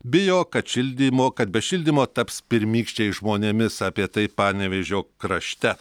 bijo kad šildymo kad be šildymo taps pirmykščiais žmonėmis apie tai panevėžio krašte